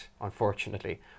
unfortunately